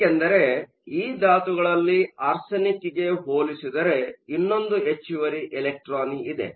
ಏಕೆಂದರೆ ಈ ಧಾತುಗಳಲ್ಲಿ ಆರ್ಸೆನಿಕ್ಗೆ ಹೋಲಿಸಿದರೆ ಇನ್ನೊಂದು ಹೆಚ್ಚುವರಿ ಎಲೆಕ್ಟ್ರಾನ್ ಇದೆ